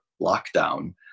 lockdown